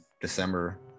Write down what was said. December